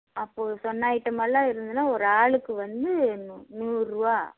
அப்போது சொன்ன ஐட்டம் எல்லாம் இருந்ததுன்னா ஒரு ஆளுக்கு வந்து நூறுபா